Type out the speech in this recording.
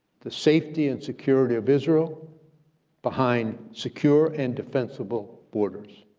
the safety and security of israel behind secure and defensible borders,